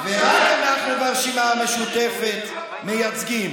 ורק אנחנו ברשימה המשותפת מייצגים.